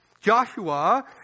Joshua